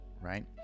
right